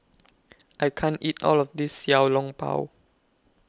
I can't eat All of This Xiao Long Bao